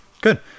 good